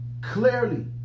Clearly